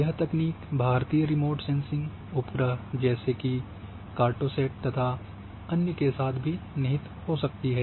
यह तकनीक भारतीय रिमोट सेंसिंग उपग्रह जैसे कार्टोसैट तथा अन्य के साथ भी निहित हो सकती है